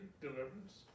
deliverance